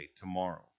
tomorrow